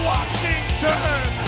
Washington